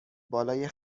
بالای